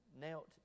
knelt